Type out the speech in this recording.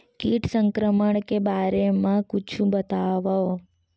कीट संक्रमण के बारे म कुछु बतावव?